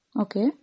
Okay